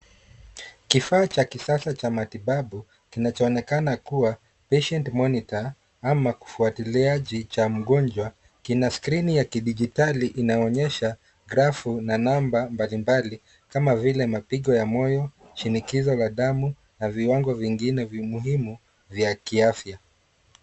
Kifaa cha kisasa cha matibabu kinachoonekana kuwa patient monitor ama kifuatiliaji cha mgonjwa kina skrini ya kidijitali inaonyesha grafu na namba mbalimbali kama vile mapigo ya moyo, shinikizo la damu, na viwango vingine muhimu vya kiafya.